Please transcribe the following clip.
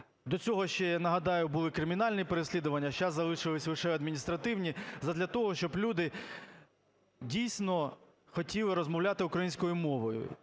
До цього ще, я нагадаю, були кримінальні переслідування, зараз залишились лише адміністративні, задля того, щоб люди дійсно хотіли розмовляти українською мовою